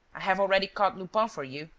i have already caught lupin for you.